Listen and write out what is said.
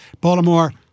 Baltimore –